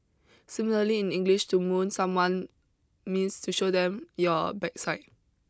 similarly in English to moon someone means to show them your backside